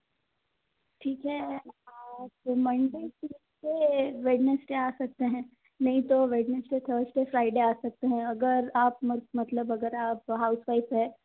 ठीक है आप मंडे ट्यूज़डे वेडनेसडे आ सकते हैं नहीं तो वेडनेसडे थर्सडे फ्राईडे आ सकते हैं अगर आप म मतलब अगर आप हाउसवाइफ हैं